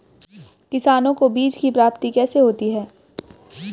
किसानों को बीज की प्राप्ति कैसे होती है?